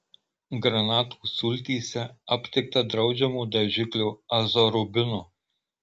granatų sultyse aptikta draudžiamo dažiklio azorubino